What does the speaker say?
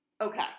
Okay